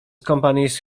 companies